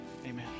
Amen